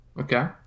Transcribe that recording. Okay